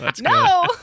No